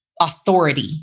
authority